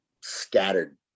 scattered